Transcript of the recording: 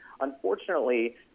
Unfortunately